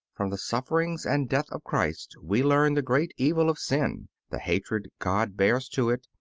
from the sufferings and death of christ we learn the great evil of sin, the hatred god bears to it,